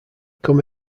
come